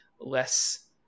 less